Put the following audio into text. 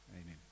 Amen